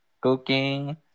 cooking